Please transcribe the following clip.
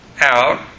out